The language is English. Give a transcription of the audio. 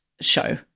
show